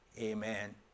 amen